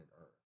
Earth